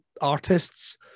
artists